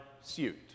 suit